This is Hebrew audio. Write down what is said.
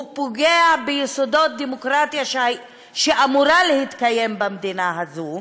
הוא פוגע ביסודות הדמוקרטיה שאמורה להתקיים במדינה הזאת.